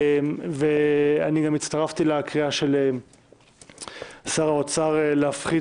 אני גם הצטרפתי לקריאה של שר האוצר להפחית